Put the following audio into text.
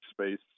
space